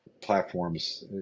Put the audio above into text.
platforms